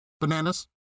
Bananas